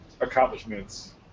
accomplishments